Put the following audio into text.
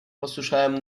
posłyszałem